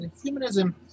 Humanism